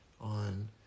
on